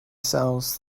sells